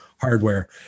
hardware